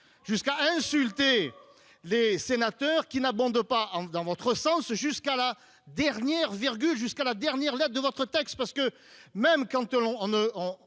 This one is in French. jusqu'à insulter les sénateurs qui n'abonde pas dans votre sens, jusqu'à la dernière jusqu'à la dernière lettre de votre texte, parce que même quand on